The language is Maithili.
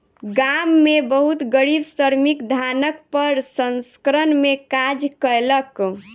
गाम में बहुत गरीब श्रमिक धानक प्रसंस्करण में काज कयलक